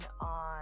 on